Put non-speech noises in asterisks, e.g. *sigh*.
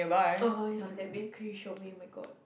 *noise* orh ya that bakery shop me my god